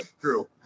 true